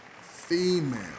Female